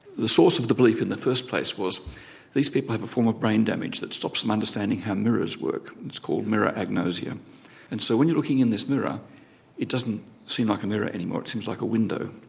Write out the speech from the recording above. the source of the belief in the first place was these people have a form of brain damage that stops them understanding how mirrors work. it's called mirror agnosia and so when you're looking in this mirror it doesn't seem like a mirror anymore, it seems like a window.